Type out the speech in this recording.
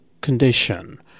condition